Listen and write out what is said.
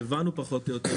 והבנו פחות או יותר,